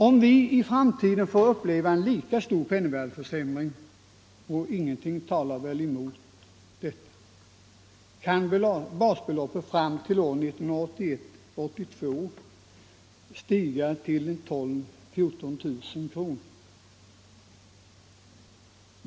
Om vi i framtiden får uppleva en lika stor penningvärdeförsämring — och ingenting talar väl emot detta — kan basbeloppet fram till 1981-1982 stiga till 12 000-14 000 kronor.